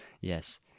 Yes